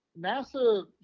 NASA